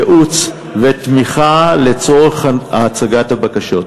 ייעוץ ותמיכה לצורך הצגת הבקשות.